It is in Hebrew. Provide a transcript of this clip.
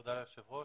תודה היושב ראש.